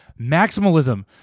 maximalism